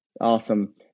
Awesome